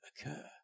occur